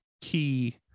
key